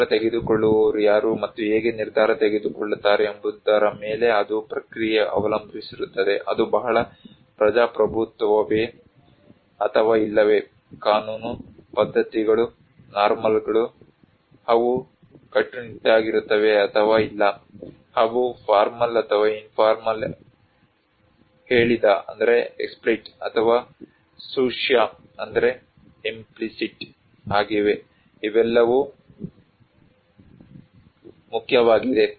ನಿರ್ಧಾರ ತೆಗೆದುಕೊಳ್ಳುವವರು ಯಾರು ಮತ್ತು ಹೇಗೆ ನಿರ್ಧಾರ ತೆಗೆದುಕೊಳ್ಳುತ್ತಾರೆ ಎಂಬುದರ ಮೇಲೆ ಅದು ಪ್ರಕ್ರಿಯೆ ಅವಲಂಬಿಸಿರುತ್ತದೆ ಅದು ಬಹಳ ಪ್ರಜಾಪ್ರಭುತ್ವವೇ ಅಥವಾ ಇಲ್ಲವೇ ಕಾನೂನು ಪದ್ಧತಿಗಳು ನಾರ್ಮ್ಗಳು ಅವು ಕಟ್ಟುನಿಟ್ಟಾಗಿರುತ್ತವೆ ಅಥವಾ ಇಲ್ಲ ಅವು ಫಾರ್ಮಲ್ ಅಥವಾ ಇನ್ಫೋರ್ಮಲ್ ಹೇಳಿದ ಅಥವಾ ಸೂಚ್ಯ ಆಗಿವೆ ಇವೆಲ್ಲವೂ ಮುಖ್ಯವಾಗಿದೆ